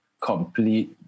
complete